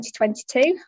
2022